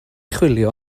chwilio